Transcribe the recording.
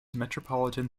metropolitan